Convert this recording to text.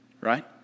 Right